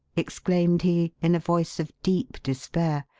exclaimed he, in a voice of deep despair.